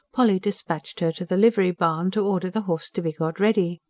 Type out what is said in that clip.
polly dispatched her to the livery-barn, to order the horse to be got ready.